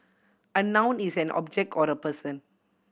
a noun is an object or a person